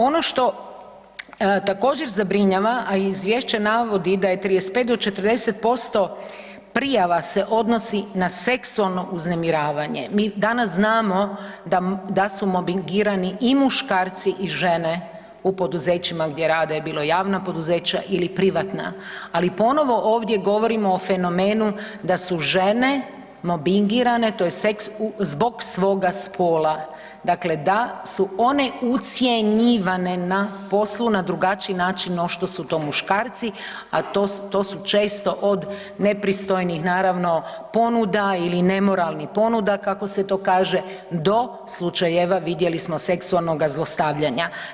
Ono što također zabrinjava, a Izvješće navodi da je 35-40% prijava se odnosi na seksualno uznemiravanje, mi danas znamo da su mobbingirani i muškarci i žene u poduzećima gdje rade, bilo javna poduzeća ili privatna, ali ponovo ovdje govorimo o fenomenu da su žene mobbingirane to jest seks u, zbog svoga spola, dakle da su one ucjenjivane na poslu na drugačiji način no što su to muškarci, a to su često od nepristojnih naravno ponuda ili nemoralnih ponuda kako se to kaže, do slučajeva vidjeli smo seksualnoga zlostavljanja.